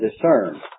discern